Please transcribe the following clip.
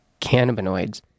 cannabinoids